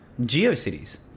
geocities